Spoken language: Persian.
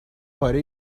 پاره